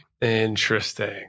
interesting